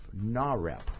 NAREP